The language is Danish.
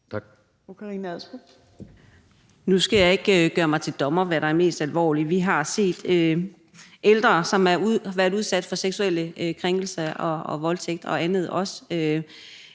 Nu skal jeg ikke gøre mig til dommer over, hvad der er mest alvorligt. Vi har set ældre, som har været udsat for seksuelle krænkelser og voldtægt og andet, også